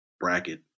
bracket